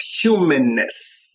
humanness